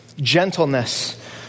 gentleness